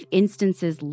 instances